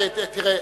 תראה,